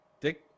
Dick